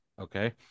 Okay